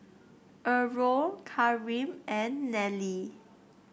Errol Kareem and Nellie